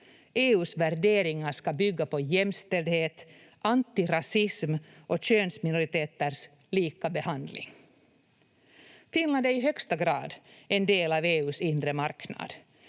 EU:s värderingar ska bygga på jämställdhet, antirasism och könsminoriteters likabehandling. Finland är i högsta grad en del av EU:s inre marknad.